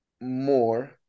more